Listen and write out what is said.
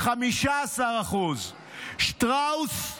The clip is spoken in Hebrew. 15%; שטראוס,